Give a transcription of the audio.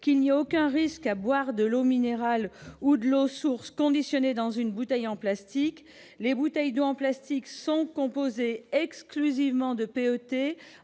qu'il n'y a aucun risque à boire de l'eau minérale ou de l'eau de source conditionnée dans une bouteille en plastique. Les bouteilles d'eau en plastique sont composées exclusivement de